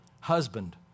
husband